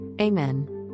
Amen